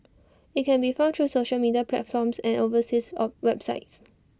IT can be found through social media platforms and overseas websites